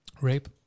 Rape